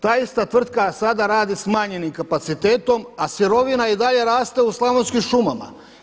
Ta ista tvrtka sada radi smanjenim kapacitetom, a sirovina i dalje raste u slavonskim šumama.